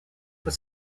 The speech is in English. was